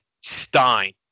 stein